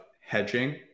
hedging